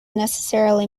necessarily